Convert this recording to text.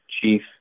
chief